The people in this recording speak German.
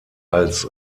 als